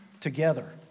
together